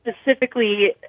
specifically